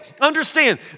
Understand